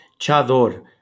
Chador